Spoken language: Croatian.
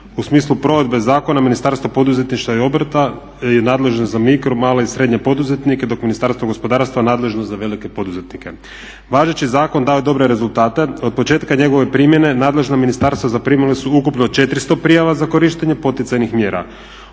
U smislu provedbe zakona Ministarstvo poduzetništva i obrta je nadležno za mikro, male i srednje poduzetnike dok Ministarstvo gospodarstva nadležno za velike poduzetnike. Važeći zakon dao je dobre rezultate, od početka njegove primjena nadležna ministarstva zaprimila su ukupno 400 prijava za korištenje poticajnih mjera.